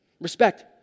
respect